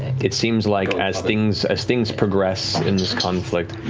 it seems like as things as things progress in this conflict,